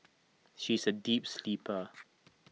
she is A deep sleeper